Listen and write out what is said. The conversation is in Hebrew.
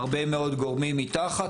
הרבה מאוד גורמים מתחת,